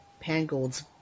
Pangold's